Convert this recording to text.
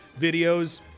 videos